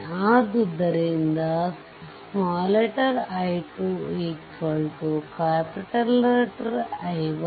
ಆದ್ದರಿಂದ i2I1 I2